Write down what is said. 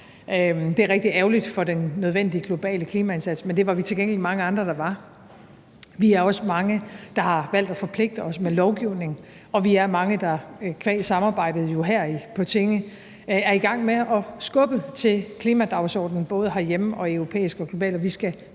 det er rigtig ærgerligt for den nødvendige globale klimaindsats – men det var vi til gengæld mange andre der var. Vi er også mange, der har valgt at forpligte os med lovgivning, og vi er mange, der qua samarbejdet her på tinge er i gang med at skubbe til klimadagsordenen, både herhjemme og på europæisk og globalt plan, og vi skal